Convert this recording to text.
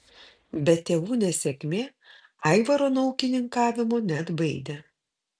bet tėvų nesėkmė aivaro nuo ūkininkavimo neatbaidė